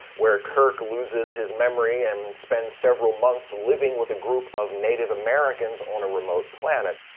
where kirk loses his memory and spends several months living with a group of native americans on a remote planet.